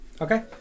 Okay